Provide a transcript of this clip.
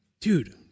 Dude